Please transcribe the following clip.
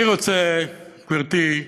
אני רוצה, גברתי,